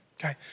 Okay